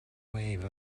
wave